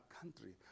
country